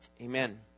Amen